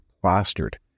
plastered